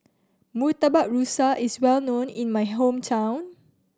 Murtabak Rusa is well known in my hometown